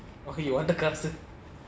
okay you want the cards